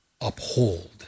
uphold